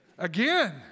Again